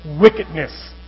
wickedness